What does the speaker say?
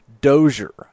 Dozier